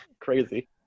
Crazy